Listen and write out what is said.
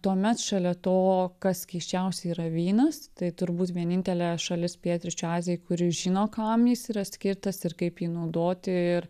tuomet šalia to kas keisčiausia yra vynas tai turbūt vienintelė šalis pietryčių azijoj kuri žino kam jis yra skirtas ir kaip jį naudoti ir